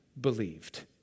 believed